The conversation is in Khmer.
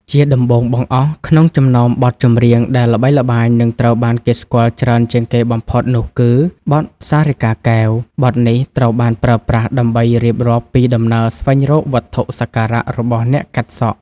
ជាដំបូងបង្អស់ ក្នុងចំណោមបទចម្រៀងដែលល្បីល្បាញ និងត្រូវបានគេស្គាល់ច្រើនជាងគេបំផុតនោះគឺ បទ សារិកាកែវ ។ បទនេះត្រូវបានប្រើប្រាស់ដើម្បីរៀបរាប់ពីដំណើរស្វែងរកវត្ថុសក្ការៈរបស់អ្នកកាត់សក់